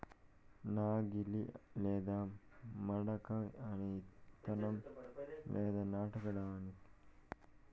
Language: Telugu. నాగలి లేదా మడక అనేది ఇత్తనం లేదా నాటడానికి ముందు నేలను దున్నటానికి ఉపయోగిస్తారు